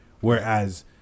Whereas